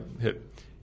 hit